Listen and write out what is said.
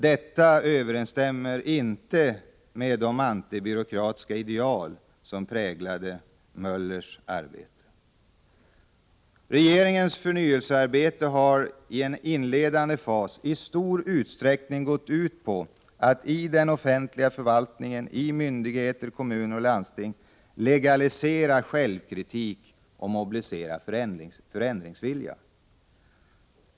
Detta överensstämmer inte med de antibyråkratiska ideal som präglade Möllers arbete. Regeringens förnyelsearbete har i en inledande fas i stor utsträckning gått ut på att i den offentliga förvaltningen, i myndigheter, kommuner och landsting, legalisera självkritik och mobilisera förändringsvilja.